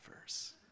verse